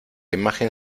imagen